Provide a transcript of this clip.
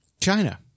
China